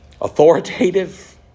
authoritative